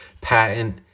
patent